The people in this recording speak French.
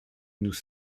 nous